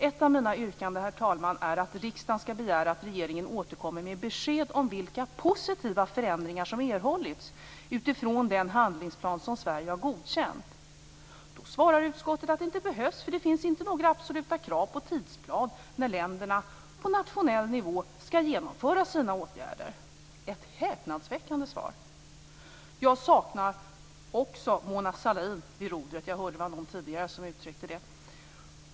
Ett av mina yrkanden, herr talman, är att riksdagen skall begära att regeringen återkommer med besked om vilka positiva förändringar som erhållits utifrån den handlingsplan som Sverige har godkänt. Då svarar utskottet att det inte behövs, eftersom det inte finns några absoluta krav på tidsplan för när länderna på nationell nivå skall genomföra sina åtgärder - ett häpnadsväckande svar! Jag saknar också Mona Sahlin vid rodret. Jag hörde att någon uttryckte det tidigare.